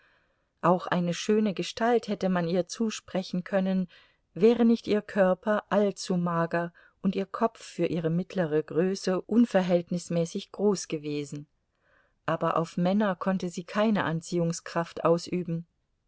auch eine schöne gestalt hätte man ihr zusprechen können wäre nicht ihr körper allzu mager und ihr kopf für ihre mittlere größe unverhältnismäßig groß gewesen aber auf männer konnte sie keine anziehungskraft ausüben